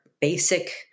basic